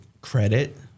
credit